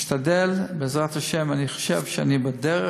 נשתדל, בעזרת השם, אני חושב שאני בדרך,